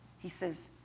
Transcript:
he says,